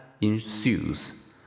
ensues